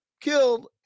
killed